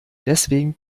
deswegen